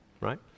Right